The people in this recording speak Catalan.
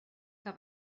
que